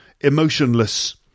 emotionless